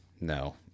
no